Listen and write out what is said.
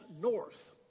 north